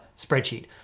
spreadsheet